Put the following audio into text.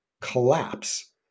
collapse